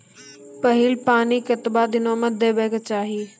पहिल पानि कतबा दिनो म देबाक चाही?